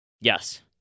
Yes